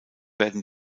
werden